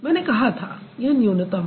मैंने कहा था यह न्यूनतम है